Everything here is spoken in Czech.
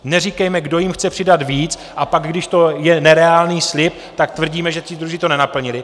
Neříkejme, kdo jim chce přidat víc, a pak, když to je nereálný slib, tak tvrdíme, že ti druzí to nenaplnili.